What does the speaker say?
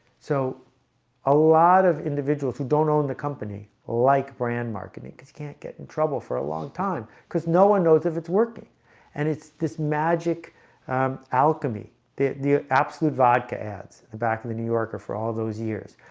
so a lot of individuals who don't own the company like brand marketing cos can't get in trouble for a long time because no one knows if it's working and it's this magic alchemy the the absolut vodka ads in the back of the new yorker for all those years.